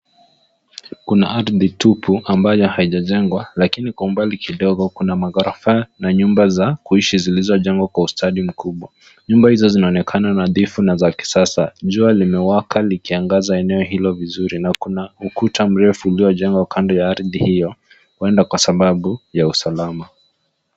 Kuna ardhi tupu ambayo haijajengwa, lakini kwa umbali kidogo kuna magorofa na nyumba za kuishi zilizojengwa kwa ustadi mkubwa. Nyumba hizo zinaonekana nadhifu na za kisasa. Jua limewaka likiangaza eneo hilo vizuri, na kuna ukuta mrefu uliojengwa kando ya ardhi hiyo, huenda kwa sababu, ya usalama.